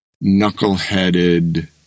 knuckle-headed